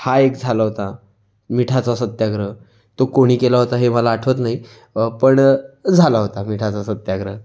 हा एक झाला होता मिठाचा सत्याग्रह तो कोणी केला होता ते मला आठवत नाही पण झाला होता मिठाचा सत्याग्रह